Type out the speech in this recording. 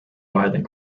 violent